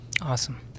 Awesome